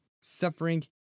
Suffering